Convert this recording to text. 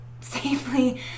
safely